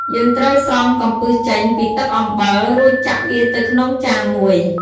យើងត្រូវស្រង់កំពឹសចេញពីទឹកអំពិល រួចចាក់វាទៅក្នុងចានមួយ។